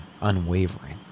unwavering